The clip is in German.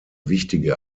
wichtige